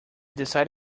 decided